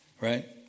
right